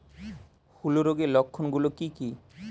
হূলো রোগের লক্ষণ গুলো কি কি?